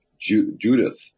Judith